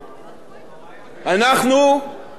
אנחנו כבר ארבע שנים